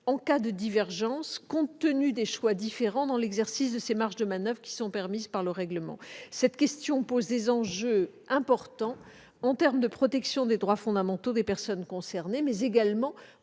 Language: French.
en cas de divergences, compte tenu des choix différents dans l'exercice de ces marges de manoeuvre qui sont permises par le règlement. Les enjeux sont importants en termes de protection des droits fondamentaux des personnes concernées, mais également